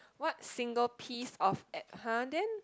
what single of piece !huh! then